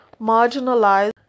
marginalized